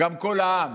גם כל העם.